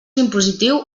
impositiu